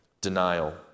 denial